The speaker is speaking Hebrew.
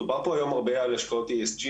דובר פה היום הרבה על השקעות ESG,